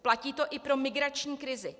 Platí to i pro migrační krizi.